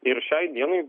ir šiai dienai